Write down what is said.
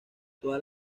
todas